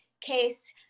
case